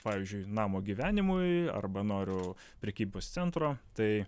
pavyzdžiui namo gyvenimui arba noriu prekybos centro tai